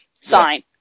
sign